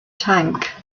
tank